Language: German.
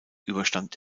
überstand